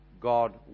God